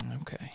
okay